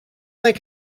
that